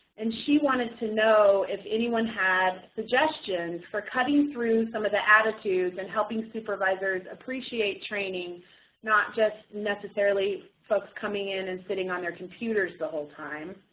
and she wanted to know if anyone had suggestions for cutting through some of the attitudes and helping supervisors appreciate training not just necessarily folks coming in and sitting on their computers the whole time.